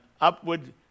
upward